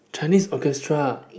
Chinese Orchestra uh